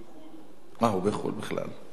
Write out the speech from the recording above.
אה, הוא בחו"ל בכלל.